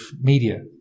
media